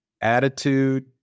attitude